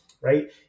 Right